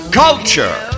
culture